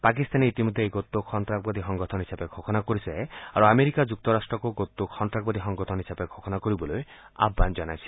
পাকিস্তানে ইতিমধ্যে এই গোটটোক সন্নাসবাদী সংগঠন হিচাপে ঘোষণা কৰিছে আৰু আমেৰিকা যুক্তৰাট্টকো গোটটো সন্তাসবাদী সংগঠন হিচাপে ঘোষণা কৰিবলৈ আহ্মন জনাছিল